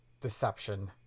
deception